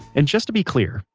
and just to be clear,